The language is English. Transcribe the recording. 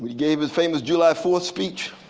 gave his famous july fourth speech.